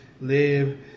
live